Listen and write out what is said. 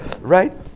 right